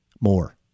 More